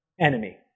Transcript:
enemy